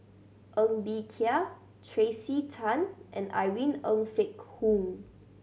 Ng Bee Kia Tracey Tan and Irene Ng Phek Hoong